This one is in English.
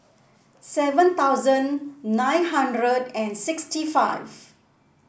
seven thousand nine hundred and sixty five